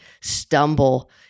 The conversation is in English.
stumble